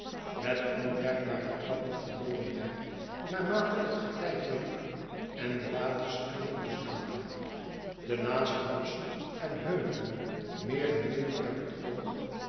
met onmerkbare trappen verloren wij naarmate het getij verliep en de waters piegeldus daalde de naaste bosschen en heuvelen meer en meer uit het oog